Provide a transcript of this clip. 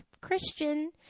Christian